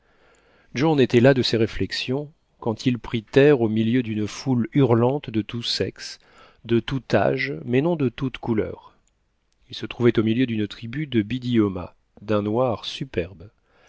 en était là de ses réflexions quand il prit terre au milieu d'une foule hurlante de tout sexe de tout âge mais non de toutes couleurs il se trouvait au milieu d'une tribu de biddiomahs d'un noir superbe